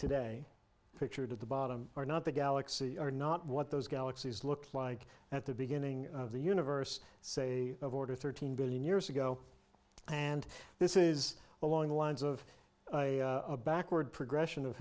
today pictured at the bottom are not the galaxy are not what those galaxies looked like at the beginning of the universe say of order thirteen billion years ago and this is along the lines of a backward progression of